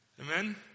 Amen